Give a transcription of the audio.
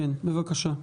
בבקשה.